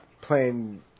playing